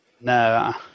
No